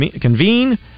convene